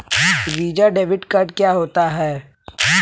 Visa debit card क्या होता है?